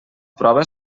prova